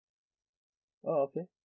oh okay